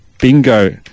Bingo